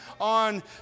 on